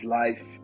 life